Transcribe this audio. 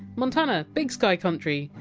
montana big sky country,